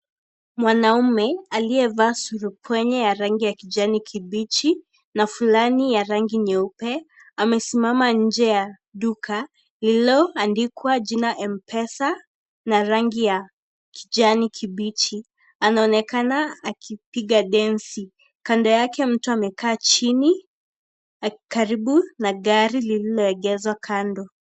Mwanaume aliyevaa surubwenye ya rangi ya kijani kibichi na fulani ya rangi nyeupe, amesimama nje ya Duka lililoandikwa jina "Mpesa" na rangi ya kijani kibichi . Anaonekana akipiga densi. Kando yake mtu amekaa chini karibu na gari lililoegezwa kando.